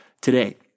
today